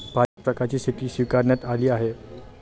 पाच प्रकारची शेती स्वीकारण्यात आली आहे